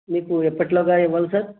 మీకు ఎప్పటిలోగా ఇవ్వాలి సార్